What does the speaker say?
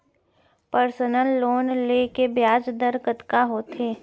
Personal loan ले के ब्याज दर कतका होथे?